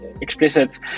explicit